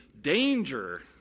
danger